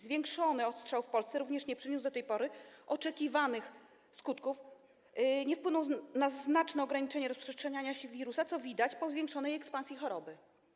Zwiększony odstrzał w Polsce również nie przyniósł do tej pory oczekiwanych skutków, nie wpłynął na znaczne ograniczenie rozprzestrzeniania się wirusa, co widać po zwiększonej ekspansji choroby.